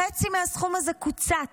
חצי מהסכום הזה קוצץ,